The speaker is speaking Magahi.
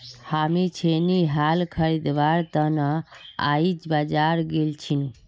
हामी छेनी हल खरीदवार त न आइज बाजार गेल छिनु